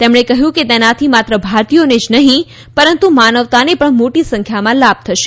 તેમણે કહ્યું કે તેનાથી માત્ર ભારતીયોને જ નહીં પરંતુ માનવતાને પણ મોટી સંખ્યામાં લાભ થશે